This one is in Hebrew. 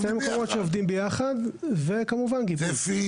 כן, שני המקומות שעובדים ביחד וכמובן גיבוי.